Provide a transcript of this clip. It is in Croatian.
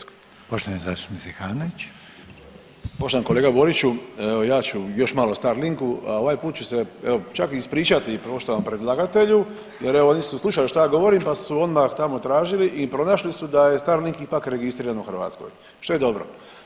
Poštovani kolega Boriću, evo ja ću još malo o Starliku, ovaj put ću se evo čak i ispričati poštovanom predlagatelju jer evo oni su slušali šta ja govorim pa su odmah tamo tražili i pronašli su Starlink ipak registriran u Hrvatskoj što je dobro.